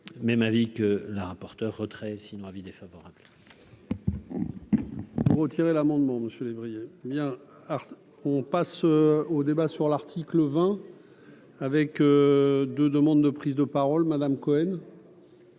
même avis que la rapporteure retrait sinon avis défavorable. Pour retirer l'amendement monsieur lévriers bien ah on passe au débat sur l'article 20 avec de demandes de prise de parole Madame Cohen.